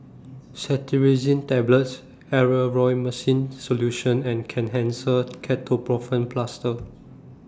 Cetirizine Tablets Erythroymycin Solution and Kenhancer Ketoprofen Plaster